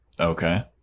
Okay